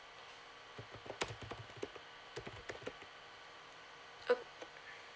orh